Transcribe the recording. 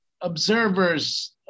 observers